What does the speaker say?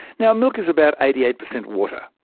yeah milk is about eighty eight percent water,